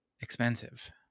expensive